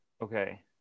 Okay